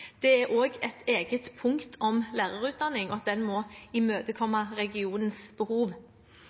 Det er også et eget punkt om lærerutdanning, og at den må imøtekomme regionens behov.